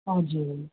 हजुर